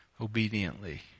obediently